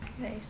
Nice